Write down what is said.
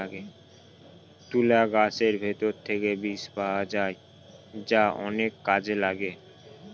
তুলা গাছের ভেতর থেকে বীজ পাওয়া যায় যা অনেক কাজে লাগে